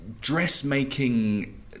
dressmaking